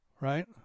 right